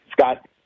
Scott